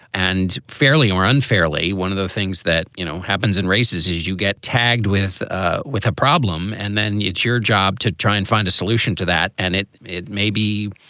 and fairly or unfairly, one of the things that, you know, happens in races is you get tagged with ah with a problem and then it's your job to try and find a solution to that. and it it may be